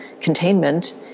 containment